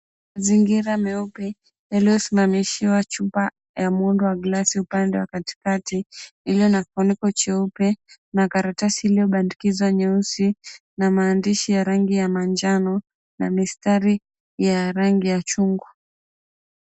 Mazingira meupe yaliyosimamishiwa chupa ya muundo wa glasi upande wa katikati iliyo na kifuniko cheupe na karatasi iliyobandikizwa nyeusi na maandishi rangi ya manjano na mistari ya rangi ya chungwa.